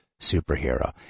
superhero